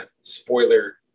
Spoiler